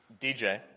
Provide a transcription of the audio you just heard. DJ